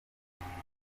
ifungwa